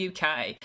UK